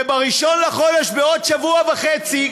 ב-1 בחודש, בעוד שבוע וחצי,